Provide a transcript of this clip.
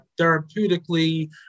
therapeutically